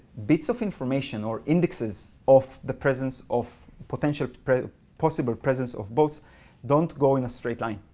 bits of information or indexes of the presence of potential possible presence of boats don't go in a straight line.